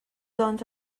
doncs